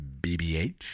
BBH